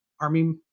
army